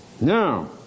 Now